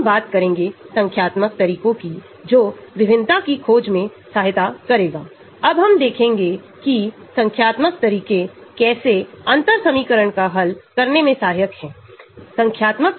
हम QSAR के विषय मैं जारी रखेंगेजोकि मात्रात्मक संरचना गतिविधि संबंध है यह क्या है